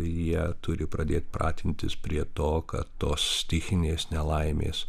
jie turi pradėt pratintis prie to kad tos stichinės nelaimės